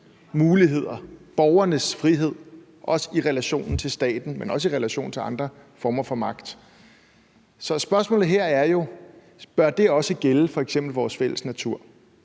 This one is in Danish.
muligheder og for borgernes frihed, også i relation til staten, men også i relation til andre former for magt. Så spørgsmålet her er jo, om det også bør gælde f.eks. vores fælles natur.